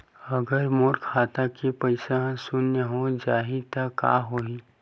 अगर मोर खाता के पईसा ह शून्य हो जाही त का होही?